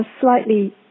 slightly